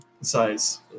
Size